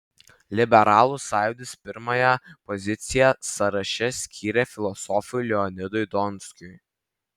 liberalų sąjūdis pirmąją poziciją sąraše skyrė filosofui leonidui donskiui